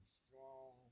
strong